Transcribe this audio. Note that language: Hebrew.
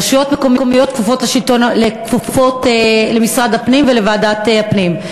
רשויות מקומיות כפופות למשרד הפנים ולוועדת הפנים.